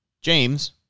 James